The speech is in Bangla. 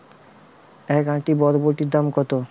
এক আঁটি বরবটির দাম কত?